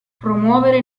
promuovere